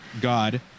god